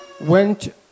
went